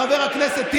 חבר הכנסת שחאדה,